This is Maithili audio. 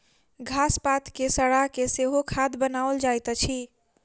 घास पात के सड़ा के सेहो खाद बनाओल जाइत अछि